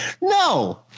No